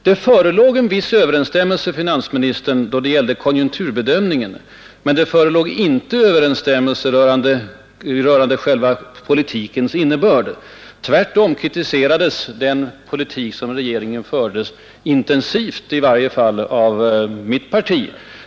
Det förelåg en viss överensstämmelse mellan oss herr finansminister, då det gällde konjunkturbedömningen, men det förelåg inte överensstämmelse rörande den förda politiken. Tvärtom kritiserades regeringens politik intensivt i varje fall av mitt parti.